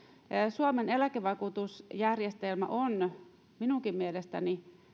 suomen eläkevakuutusjärjestelmä on minunkin mielestäni